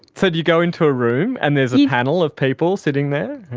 so do you go into a room and there's a panel of people sitting there?